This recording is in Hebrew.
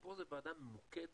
פה זו ועדה ממוקדת